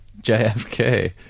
JFK